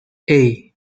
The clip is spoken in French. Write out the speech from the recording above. hey